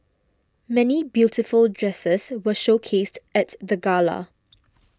many beautiful dresses were showcased at the gala